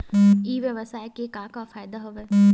ई व्यवसाय के का का फ़ायदा हवय?